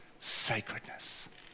sacredness